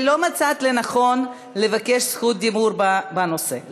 ולא מצאת לנכון לבקש זכות דיבור בנושא.